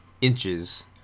inches